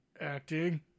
Acting